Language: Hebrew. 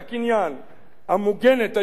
המוגנת היום בחקיקת-יסוד,